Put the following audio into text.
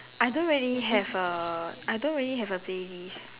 I don't really have a I don't really have a playlist